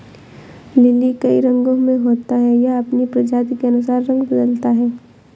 lily कई रंगो में होता है, यह अपनी प्रजाति के अनुसार रंग बदलता है